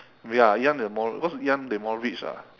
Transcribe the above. ya ngee ann they more because ngee ann they more rich ah